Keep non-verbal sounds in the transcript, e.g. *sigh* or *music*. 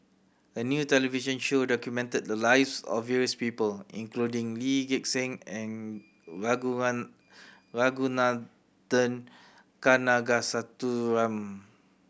a new television show documented the lives of various people including Lee Gek Seng and *unintelligible* Ragunathar Kanagasuntheram